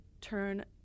turn